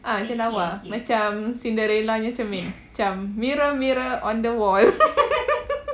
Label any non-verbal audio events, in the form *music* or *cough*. ah macam lawa macam cinderella punya cermin macam mirror mirror on the wall *laughs*